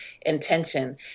intention